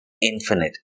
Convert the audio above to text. infinite